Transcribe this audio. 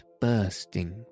bursting